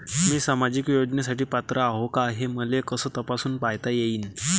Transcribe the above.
मी सामाजिक योजनेसाठी पात्र आहो का, हे मले कस तपासून पायता येईन?